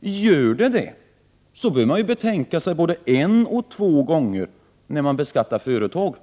Är det så, bör man betänka sig både en och två gånger när man beskattar företagen.